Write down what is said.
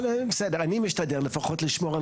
בסדר, אני משתדל לפחות לשמור.